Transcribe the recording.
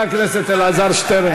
חבר הכנסת אלעזר שטרן.